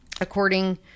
According